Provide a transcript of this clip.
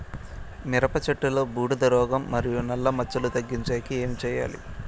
మిరప చెట్టులో బూడిద రోగం మరియు నల్ల మచ్చలు తగ్గించేకి ఏమి చేయాలి?